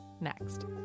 next